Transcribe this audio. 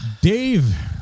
Dave